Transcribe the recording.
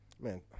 Man